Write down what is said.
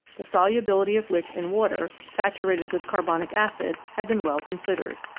the solubility of which in water saturated with carbonic acid, had been well considered.